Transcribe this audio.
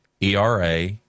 ERA